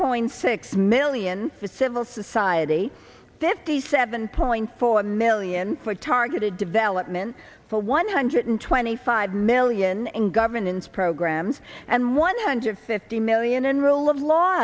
point six million for civil society fifty seven point four million for targeted development for one hundred twenty five million and governance programs and one hundred fifty million enroll of law